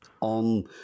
On